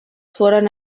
foren